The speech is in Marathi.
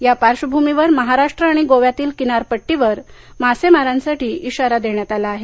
या पार्श्वभूमीवर महाराष्ट्र आणि गोव्यातील किनारपट्टीवर मासेमारांसाठी इशारा देण्यात आला आहे